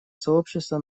сообщества